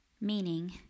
meaning